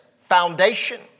foundation